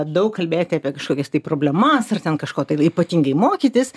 daug kalbėti apie kažkokias tai problemas ar ten kažko tai ypatingai mokytis